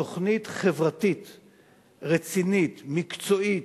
תוכנית חברתית רצינית, מקצועית,